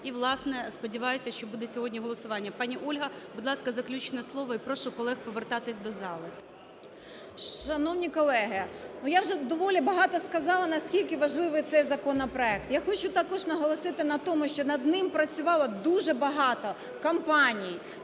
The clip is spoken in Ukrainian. і, власне, сподіваюся, що буде сьогодні голосування. Пані Ольга, будь ласка заключне слово. І прошу колег повертатися до зали. 11:29:08 БЄЛЬКОВА О.В. Шановні колеги, ну, я вже доволі багато сказала, наскільки важливий цей законопроект. Я хочу також наголосити на тому, що над ним працювало дуже багато компаній,